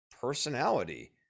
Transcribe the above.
personality